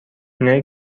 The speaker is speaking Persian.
اینایی